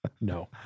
No